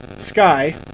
sky